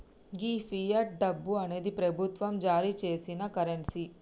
గీ fiat డబ్బు అనేది ప్రభుత్వం జారీ సేసిన కరెన్సీ